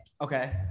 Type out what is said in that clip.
Okay